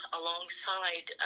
alongside